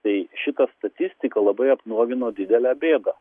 tai šita statistika labai apnuogino didelę bėdą